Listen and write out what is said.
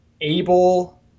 able